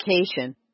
Education